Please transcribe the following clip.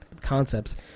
concepts